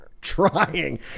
Trying